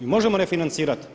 Mi možemo refinancirati.